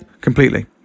Completely